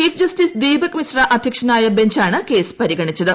chief justice Deepak Mishra അധ്യക്ഷനായ ബഞ്ചാണ് case പരിഗണിച്ചത്